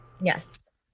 Yes